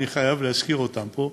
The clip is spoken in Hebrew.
אני חייב להזכיר אותם פה,